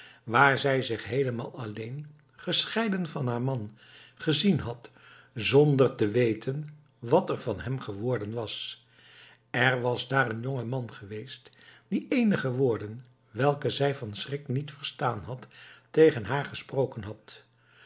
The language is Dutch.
waar zij zich heelemaal alleen gescheiden van haar man gezien had zonder te weten wat er van hem geworden was er was daar een jonge man geweest die eenige woorden welke zij van schrik niet verstaan had tegen haar gesproken had